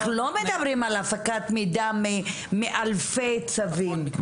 לא מדברים על הפקת מידע מאלפי צווים.